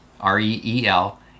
R-E-E-L